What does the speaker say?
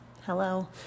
Hello